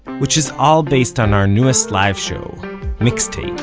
which is all based on our newest live show mixtape.